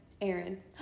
Aaron